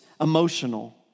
emotional